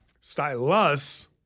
Stylus